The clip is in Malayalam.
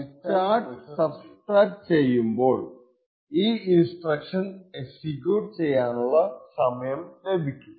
അങ്ങനെ എൻഡ് ൽ നിന്ന് സ്റ്റാർട്ട് സബ്ട്രാക്ട് ചെയ്യുമ്പോൾ ഈ ഇൻസ്ട്രക്ഷൻ എക്സിക്യൂട്ട് ചെയ്യാനുള്ള സമയം ലഭിക്കും